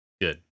Good